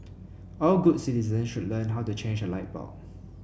all good citizens should learn how to change a light bulb